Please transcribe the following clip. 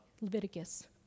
Leviticus